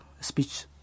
speech